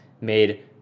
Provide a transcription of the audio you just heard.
made